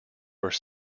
were